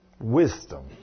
Wisdom